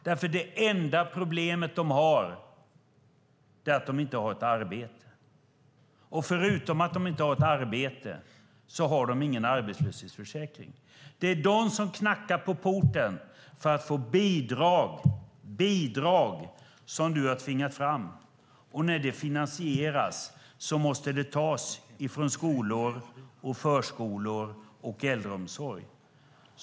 Deras enda problem är att de inte har ett arbete, och förutom att de inte har ett arbete har de heller ingen arbetslöshetsförsäkring. Det är de som knackar på porten för att få bidrag - bidrag som Anders Borg har tvingat fram. Och när det finansieras måste det tas från skolor och förskolor och äldreomsorg.